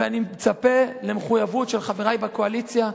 ואני מצפה למחויבות של חברי בקואליציה,